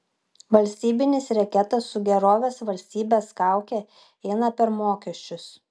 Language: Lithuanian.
valstybinis reketas su gerovės valstybės kauke eina per mokesčius